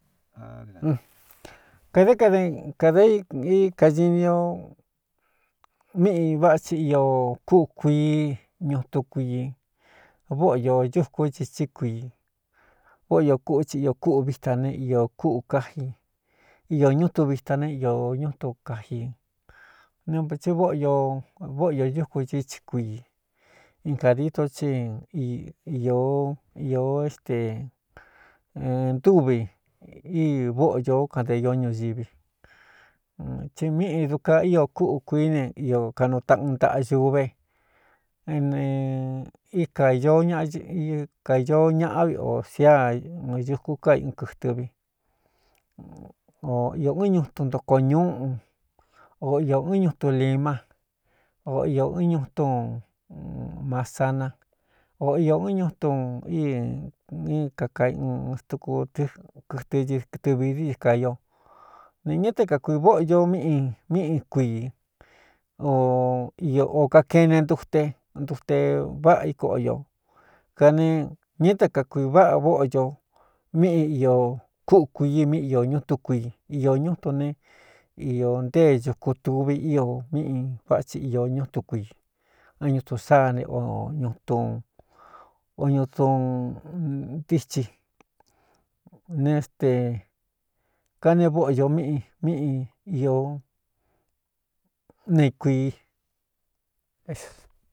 Kadé kade kādā i i kañin o míꞌī váꞌa tsi iō kúꞌu kuii ñuꞌu tun kuii vóꞌo īō ñúku ti tsí kuii váꞌo io kúꞌu ti iō kúꞌuvi ta ne iō kúꞌū káji iō ñu tu vita ne iō ñú tun kaji ne vtsi vóꞌo io vóꞌo iō dúku citsí kuii in kādito chí ī é stentúvi í vóꞌo īo kante ió ñuñivi tsi míꞌi duka ío kúꞌu kuií ne io kaꞌnuu taꞌun ntaꞌa yuve ne í kāīoo ñaꞌ i kaīoo ñaꞌa vi o sia ɨ ñuku káiꞌn kɨ̄tɨvi o iō ɨɨn ñutun ntoko ñuúꞌu o iō ɨn ñutu limá o iō ɨn ñuu túu masana o iō ɨɨn ñúu tu í kakaɨn tuku ɨkɨtɨ ɨtɨvi dií i ka io ne ñɨ te kakuī vóꞌo io míꞌi míꞌi kuiī ō kakeꞌne ndute ndute váꞌa ikoꞌo io kane ñɨ é te kakuī váꞌa vóꞌo īo míꞌi iō kúꞌu kuii míꞌi iō ñu tún kui iō ñu tun ne iō ntée ñuku tuvi ío míꞌi váꞌa ti īō ñú tun kui ɨn ñu tun sá ne o ñutu o ñuudu ntíchi ne tē kaneé vóꞌo ño míꞌi míꞌi īō ne kuii.